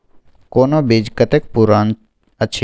कोनो बीज कतेक पुरान अछि?